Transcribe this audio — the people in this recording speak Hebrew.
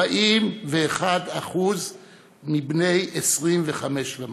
41% מבני ה-25 ומטה.